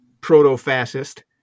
proto-fascist